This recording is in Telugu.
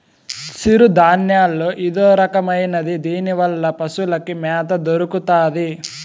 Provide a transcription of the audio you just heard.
సిరుధాన్యాల్లో ఇదొరకమైనది దీనివల్ల పశులకి మ్యాత దొరుకుతాది